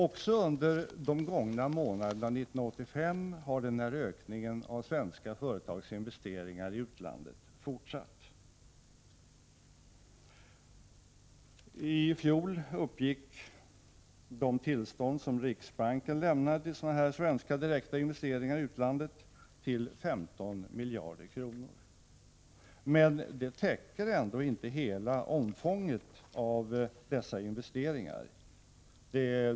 Också under de gångna månaderna 1985 har den här ökningen av svenska företags investeringar i utlandet fortsatt. I fjol uppgick de tillstånd som riksbanken lämnade när det gäller svenska direkta investeringar i utlandet till 15 miljarder kronor. Men det täcker ändå inte hela omfånget av dessa investeringar.